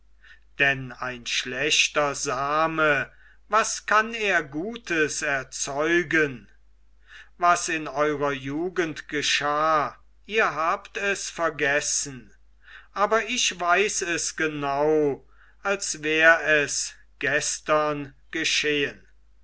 denn ein schlechter same was kann er gutes erzeugen was in eurer jugend geschah ihr habt es vergessen aber ich weiß es genau als wär es gestern geschehen